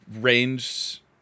range